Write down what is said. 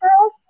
girls